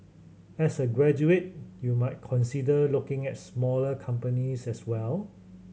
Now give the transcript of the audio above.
as a graduate you might consider looking at smaller companies as well